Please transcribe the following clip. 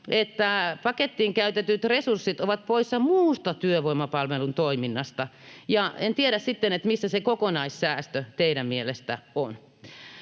että pakettiin käytetyt resurssit ovat poissa muusta työvoimapalvelun toiminnasta. Ja en tiedä sitten, missä se kokonaissäästö teidän mielestänne